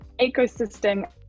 ecosystem